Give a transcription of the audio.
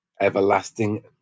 everlasting